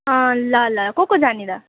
अँ ल ल को को जाने त